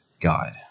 God